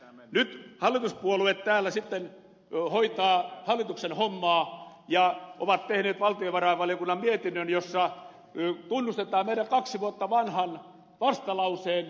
nyt hallituspuolueet täällä sitten hoitavat hallituksen hommaa ja ovat tehneet valtiovarainvaliokunnan mietinnön jossa tunnustetaan meidän kaksi vuotta vanhan vastalauseen otsakkeet